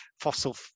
fossil